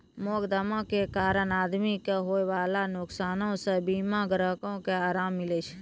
मोकदमा के कारण आदमी के होयबाला नुकसानो से बीमा ग्राहको के अराम मिलै छै